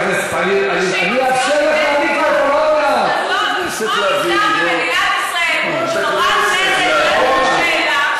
קודם כול, בואו נדע שבזכות נשים אירע נס החנוכה.